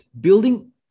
building